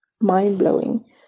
mind-blowing